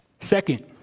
Second